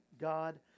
God